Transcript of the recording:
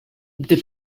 they